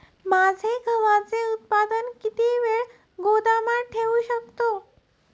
माझे गव्हाचे उत्पादन किती वेळ गोदामात ठेवू शकतो?